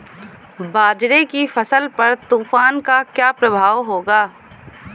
बाजरे की फसल पर तूफान का क्या प्रभाव होगा?